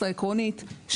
אחר כך ב-2015 העקרונית,